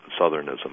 southernism